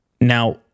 now